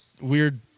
weird